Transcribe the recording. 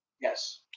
Yes